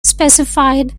specified